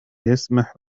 يسمح